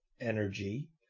energy